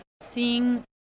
seeing